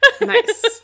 nice